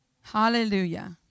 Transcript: Hallelujah